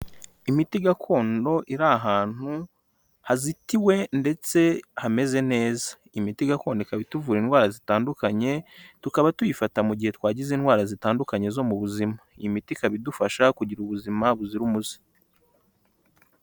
Imiti gakondo iri ahantu hazitiwe ndetse hameze neza imiti gakondo ikaba ituvura indwara zitandukanye tukaba tuyifata mu gihe twagize indwara zitandukanye zo mu buzima iyi miti ikaba idufasha kugira ubuzima buzira umuze.